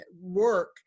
work